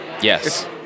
Yes